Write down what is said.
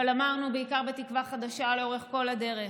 אבל אמרנו, בעיקר בתקווה חדשה, לאורך כל הדרך: